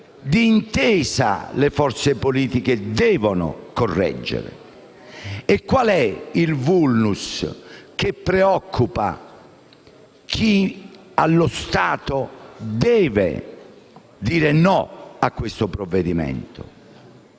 rigettano, le forze politiche devono correggere di intesa. E qual è il *vulnus* che preoccupa chi allo stato deve dire no a questo provvedimento?